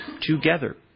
Together